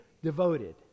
Devoted